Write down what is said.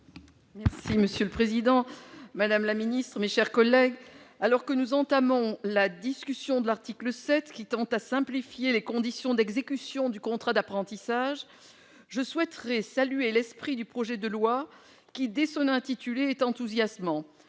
Monsieur le président, madame la ministre, mes chers collègues, alors que nous entamons la discussion de l'article 7, qui simplifie les conditions d'exécution du contrat d'apprentissage, je souhaite saluer l'esprit du projet de loi qui est, dès son intitulé, enthousiasmant